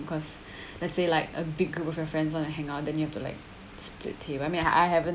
because let's say like a big group of your friends want to hang out then you have to like split table I mean I haven't